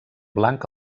blanc